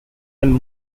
and